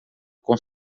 com